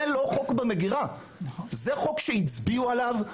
החוק פה הוא לא חוק במגירה, הוא חוק שהצביעו עליו.